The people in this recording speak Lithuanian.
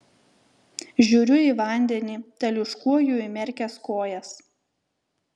žiūriu į vandenį teliūškuoju įmerkęs kojas